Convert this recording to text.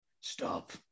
Stop